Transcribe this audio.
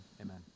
Amen